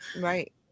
Right